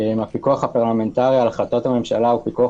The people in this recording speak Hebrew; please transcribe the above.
הפיקוח הפרלמנטרי על החלטות הממשלה הוא פיקוח